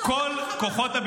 ובחצי השנה הזו הייתה מלחמה.